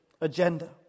agenda